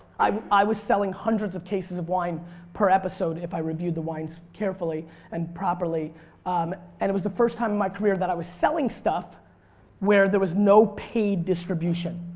i i was selling hundreds of cases of wine per episode if i reviewed the wines carefully and properly um and it was the first time in my career that i was selling stuff where there was no paid distribution.